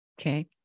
Okay